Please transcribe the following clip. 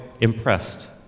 impressed